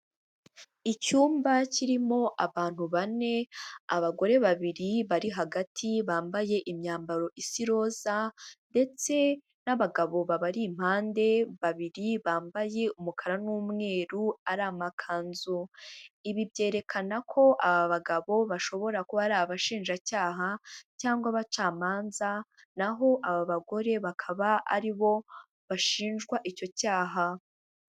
Icyumba kirimo abantu bane, abagore babiri bari hagati bambaye imyambaro isa iroza ndetse n'abagabo babari impande babiri bambaye umukara n'umweru ari amakanzu, ibi byerekana ko aba bagabo bashobora kuba ari abashinjacyaha cyangwa abacamanza, naho aba bagore bakaba ari bo bashinjwa icyo cyaha.